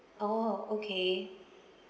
orh okay